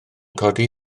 codi